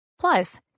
Plus